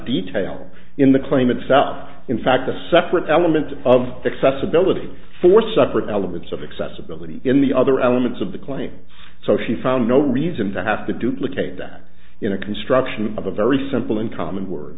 detail in the claimants out in fact the separate element of accessibility for separate elements of accessibility in the other elements of the claim so she found no reason to have to duplicate that in a construction of a very simple and common word